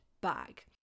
bag